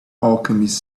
alchemist